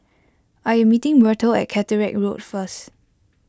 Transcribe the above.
I am meeting Myrtle at Caterick Road first